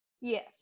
Yes